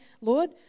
Lord